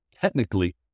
Technically